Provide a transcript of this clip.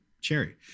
Cherry